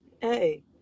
hey